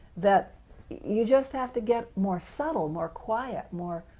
that you just have to get more subtle, more quiet, more